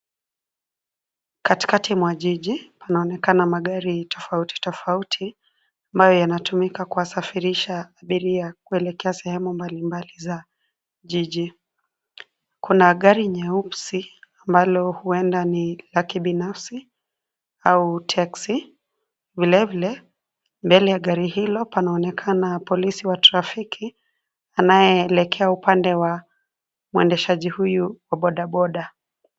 Katikati mwa jiji, panaonekana magari tofauti tofauti ambayo yanatumika kuwasafirisha abiria kuelekea sehemu mbalimbali za jiji. Kuna gari nyeusi ambalo huenda ni la kibinafsi au teksi ,vile vile, mbele ya gari hilo panaonekana polisi wa trafiki, anayeelekea upande wa mwendeshaji huyu wa bodaboda.